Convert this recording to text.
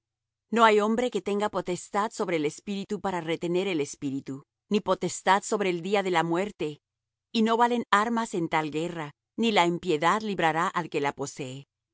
no hay hombre que tenga potestad sobre el espíritu para retener el espíritu ni potestad sobre el día de la muerte y no valen armas en tal guerra ni la impiedad librará al que la posee